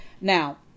Now